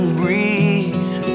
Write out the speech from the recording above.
breathe